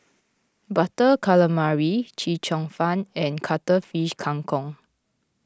Butter Calamari Chee Cheong Fun and Cuttlefish Kang Kong